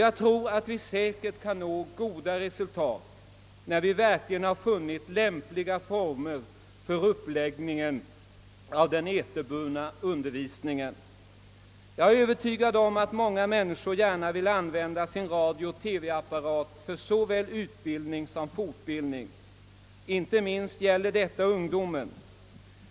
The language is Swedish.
Jag tror att vi kan nå goda resultat när vi verkligen har funnit lämpliga former för uppläggningen av den eterbundna undervisningen. Jag är övertygad om att många människor gärna vill använda sina radiooch TV-apparater för såväl utbildning som fortbildning. Inte minst gäller detta ungdomen.